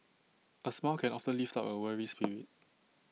A smile can often lift A weary spirit